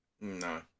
No